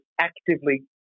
actively